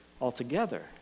altogether